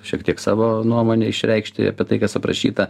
šiek tiek savo nuomonę išreikšti apie tai kas aprašyta